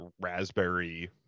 raspberry